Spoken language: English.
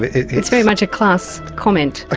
it's very much a class comment. ah